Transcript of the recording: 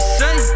say